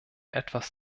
etwas